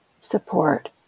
support